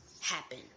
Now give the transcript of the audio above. happen